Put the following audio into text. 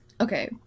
Okay